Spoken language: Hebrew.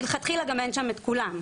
מלכתחילה גם אין שם את כולם.